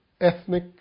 ethnic